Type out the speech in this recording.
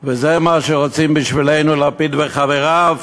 זה מה שרוצים בשבילנו לפיד וחבריו?